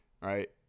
right